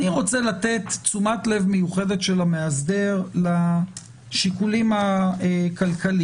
רוצה לתת תשומת לב מיוחדת של המאסדר לשיקולים הכלכליים.